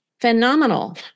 phenomenal